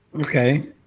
okay